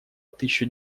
тысячу